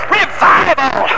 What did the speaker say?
revival